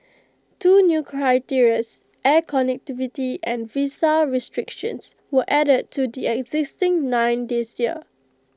two new air connectivity and visa restrictions were added to the existing nine this year